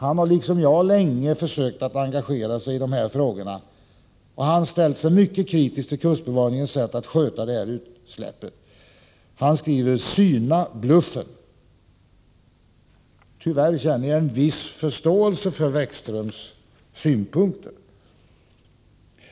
Han har, liksom jag, länge försökt engagera sig i de här frågorna. Han ställer sig mycket kritisk till kustbevakningens sätt att sköta utsläppet i fråga. Han säger: ”Syna bluffen!” Tyvärr måste jag säga att jag har viss förståelse för Sigurd Weckströms synpunkter.